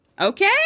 Okay